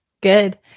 good